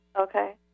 Okay